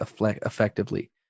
effectively